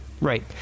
right